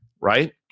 right